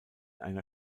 einer